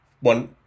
one